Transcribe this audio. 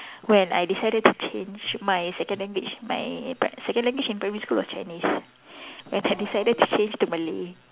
when I decided to change my second language my pri~ second language in primary school was Chinese when I decided to change to Malay